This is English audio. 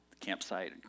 campsite